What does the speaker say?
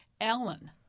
Ellen